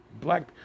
black